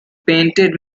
painted